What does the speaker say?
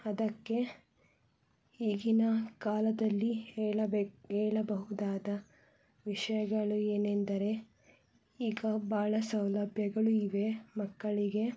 ಅದಕ್ಕೆ ಈಗಿನ ಕಾಲದಲ್ಲಿ ಹೇಳಬೇಕು ಹೇಳಬಹುದಾದ ವಿಷಯಗಳು ಏನೆಂದರೆ ಈಗ ಭಾಳ ಸೌಲಭ್ಯಗಳು ಇವೆ ಮಕ್ಕಳಿಗೆ